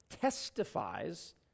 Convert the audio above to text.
testifies